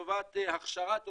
לטובת הכשרת עובדים,